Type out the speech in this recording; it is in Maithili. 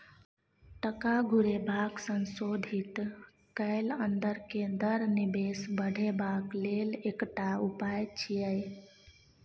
टका घुरेबाक संशोधित कैल अंदर के दर निवेश बढ़ेबाक लेल एकटा उपाय छिएय